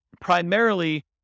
primarily